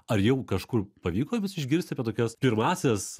ar jau kažkur pavyko vis išgirsti apie tokias pirmąsias